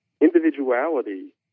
individuality